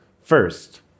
First